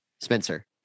Spencer